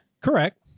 Correct